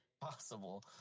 possible